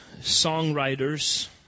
songwriters